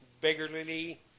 beggarly